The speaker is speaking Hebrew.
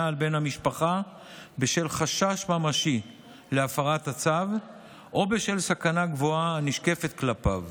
על בן המשפחה בשל חשש ממשי להפרת הצו או בשל סכנה גבוהה הנשקפת כלפיו,